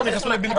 רשום.